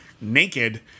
naked